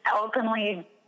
openly